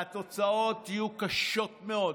והתוצאות יהיו קשות מאוד.